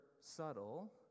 subtle